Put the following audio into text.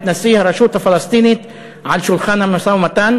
נשיא הרשות הפלסטינית אל שולחן המשא-ומתן,